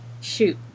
Shoot